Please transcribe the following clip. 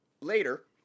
later